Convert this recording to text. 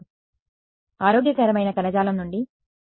విద్యార్థి కాబట్టి ఆరోగ్యకరమైన కణజాలం నుండి కూడా ప్రతిబింబం జరుగుతుంది